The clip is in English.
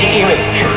image